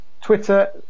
Twitter